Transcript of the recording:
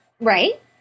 Right